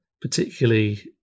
particularly